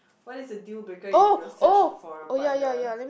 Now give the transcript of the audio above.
what is a deal breaker in your search for a partner